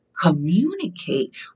communicate